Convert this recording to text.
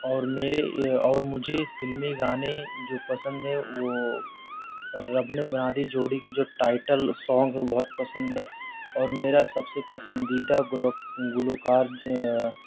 اور میرے اور مجھے فلمی گانے جو پسند ہیں وہ رب نے بنا دی جوڑی کی جو ٹائٹل سانگ ہے وہ بہت پسند ہے اور میرا سب سے پسندیدہ گلو گلوکار